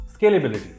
Scalability